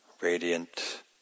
radiant